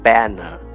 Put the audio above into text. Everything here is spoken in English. Banner